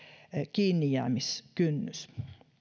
kiinnijäämiskynnys